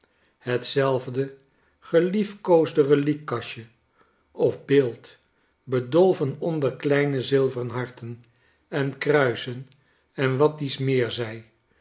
hetzelfde geliefkoosde reliekkastje of beeld bedolven onder kleine zilveren harten en kruisen en wat dies meer zij